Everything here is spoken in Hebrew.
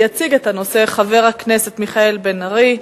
הצעה לסדר-היום מס' 3997. יציג את הנושא חבר הכנסת מיכאל בן-ארי.